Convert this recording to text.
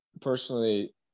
personally